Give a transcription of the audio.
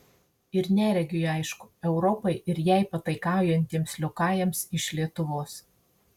ir neregiui aišku europai ir jai pataikaujantiems liokajams iš lietuvos